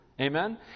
Amen